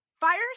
fire